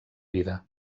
vida